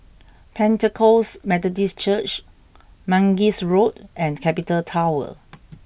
Pentecost Methodist Church Mangis Road and Capital Tower